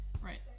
Right